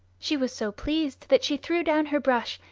she was so pleased that she threw down her brush,